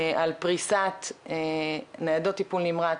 על פריסת ניידות טיפול נמרץ,